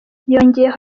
yongeyeho